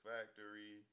Factory